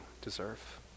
deserve